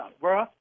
bro